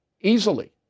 easily